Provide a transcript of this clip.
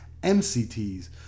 MCTs